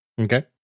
Okay